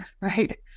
Right